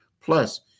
Plus